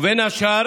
ובין השאר